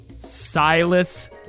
Silas